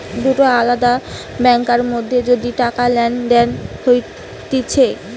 দুটা আলদা ব্যাংকার মধ্যে যদি টাকা লেনদেন হতিছে